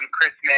Christmas